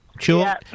Sure